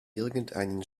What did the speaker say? irgendeinen